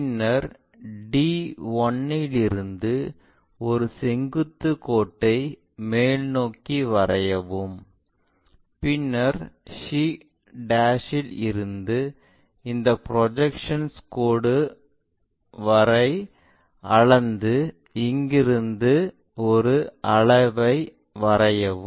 பின்னர் d 1 இலிருந்து ஒரு செங்குத்து கோட்டை மேல்நோக்கி வரையவும் பின்னர் c இல் இருந்து இந்த ப்ரொஜெக்ஷன் கோடு வரை அளந்து இங்கிருந்து ஒரு வளைவை வரையவும்